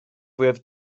fwyaf